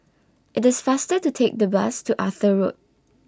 IT IS faster to Take The Bus to Arthur Road